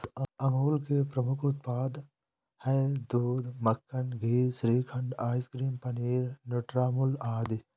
अमूल के प्रमुख उत्पाद हैं दूध, मक्खन, घी, श्रीखंड, आइसक्रीम, पनीर, न्यूट्रामुल आदि